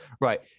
right